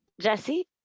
Jesse